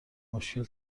مشکل